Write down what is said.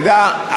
תדע,